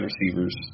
receivers